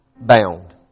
bound